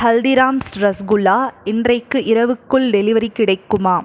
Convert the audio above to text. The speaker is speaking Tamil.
ஹல்திராம்ஸ் ரசகுல்லா இன்றைக்கு இரவுக்குள் டெலிவரி கிடைக்குமா